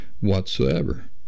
whatsoever